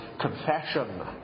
confession